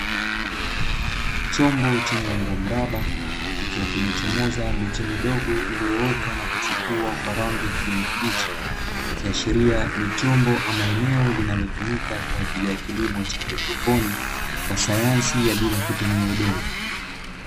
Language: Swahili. Chombo chenye umbo mraba kikiwa kimechomoza miche midogomidogo iliyoota na kuchipua kwa rangi ya kijani kibichi, ikiashiria ni chombo kinachotumika kwa ajili ya kilimo cha haidroponi kwa sayansi ya bila kutumia udongo.